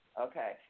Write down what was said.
Okay